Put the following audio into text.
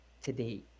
today